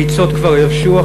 הביצות כבר יבשו,